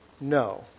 No